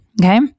Okay